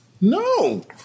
No